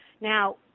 Now